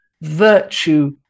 virtue